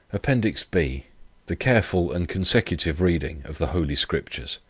appendix b the careful and consecutive reading of the holy scriptures